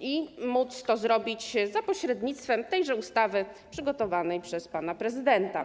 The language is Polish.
i móc to zrobić za pośrednictwem tejże ustawy przygotowanej przez pana prezydenta.